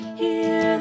hear